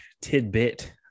tidbit